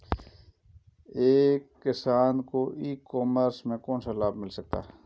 एक किसान को ई कॉमर्स के कौनसे लाभ मिल सकते हैं?